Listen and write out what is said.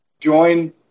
join